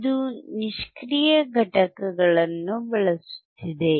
ಇದು ನಿಷ್ಕ್ರಿಯ ಘಟಕಗಳನ್ನು ಬಳಸುತ್ತಿದೆ